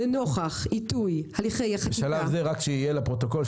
לנוכח עיתוי -- להבהיר לפרוטוקול,